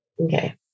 Okay